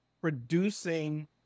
producing